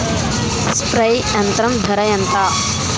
Spray యంత్రం ధర ఏంతా?